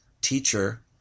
teacher